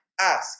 ask